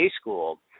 school